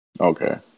Okay